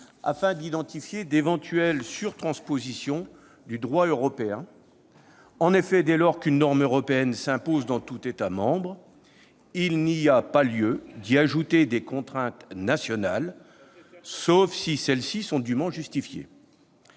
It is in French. afin d'identifier d'éventuelles sur-transpositions du droit européen. Dès lors qu'une norme européenne s'impose dans tout État membre, il n'y a pas lieu d'y ajouter des contraintes nationales, sauf si celles-ci sont dûment justifiées.